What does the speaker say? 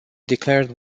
declared